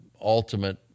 ultimate